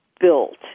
built